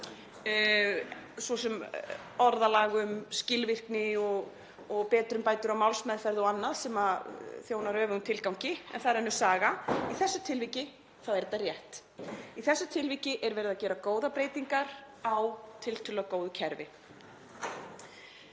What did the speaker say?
svo sem orðalag um skilvirkni og betrumbætur á málsmeðferð og annað sem þjónar öfugum tilgangi. En það er önnur saga, í þessu tilviki er þetta rétt. Í þessu tilviki er verið að gera góðar breytingar á tiltölulega góðu kerfi.